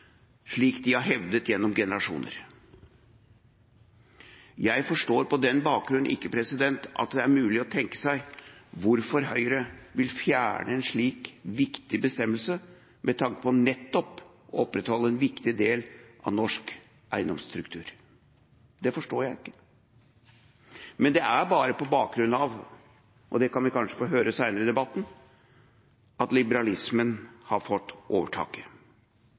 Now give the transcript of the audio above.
slik de har hevdet gjennom generasjoner. Jeg forstår på den bakgrunn ikke at det er mulig å tenke seg hvorfor Høyre vil fjerne en slik viktig bestemmelse, med tanke på nettopp å opprettholde en viktig del av norsk eiendomsstruktur. Det forstår jeg ikke. Men det er bare på bakgrunn av – og det kan vi kanskje få høre senere i debatten – at liberalismen har fått overtaket.